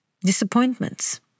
disappointments